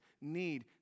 need